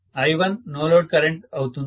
I1 no load current అవుతుంది